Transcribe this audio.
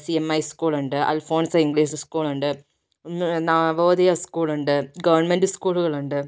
C M I സ്കൂളുണ്ട് Alphonsa English സ്കൂളുണ്ട് നവോദയാ സ്കൂളുണ്ട് ഗവൺമെൻറ്റ്റ് സ്കൂളുകളുണ്ട്